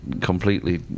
completely